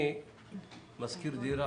אני משכיר דירה.